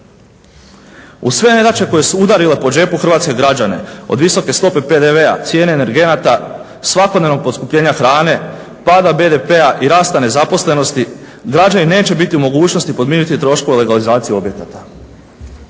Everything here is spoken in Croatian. Uz sve nedaće koje su udarile po džepu hrvatske građane, od visoke stope PDV-a, cijene energenata, svakodnevnog poskupljenja hrane, pada BDP-a i rasta nezaposlenosti građani neće biti u mogućnosti podmiriti troškove legalizacije objekata.